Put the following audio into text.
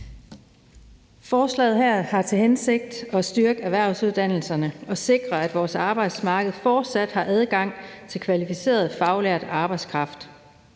Forslaget her har til hensigt at styrke erhvervsuddannelserne og sikre, at vores arbejdsmarked fortsat har adgang til kvalificeret faglært arbejdskraft.